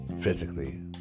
physically